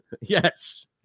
Yes